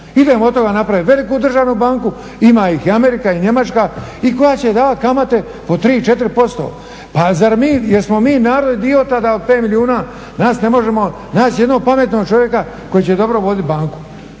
Idemo od toga napravit veliku državnu banku, ima ih i Amerika i Njemačka i koja će davat kamate po 3, 4%. Jesmo mi narod idiota da od 5 milijuna nas ne možemo naći jednog pametnog čovjeka koji će dobro vodit banku?